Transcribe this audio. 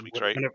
right